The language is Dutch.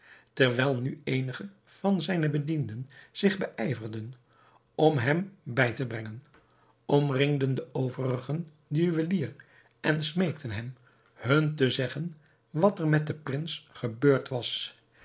terwijl nu eenige van zijne bedienden zich beijverden om hem bij te brengen omringden de overigen den juwelier en smeekten hem hun te zeggen wat er met den prins gebeurd was